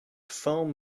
foam